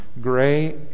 gray